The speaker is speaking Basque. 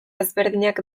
ezberdinak